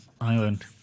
Island